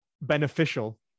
beneficial